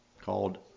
Called